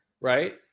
right